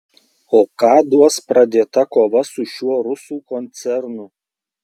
o ką duos pradėta kova su šiuo rusų koncernu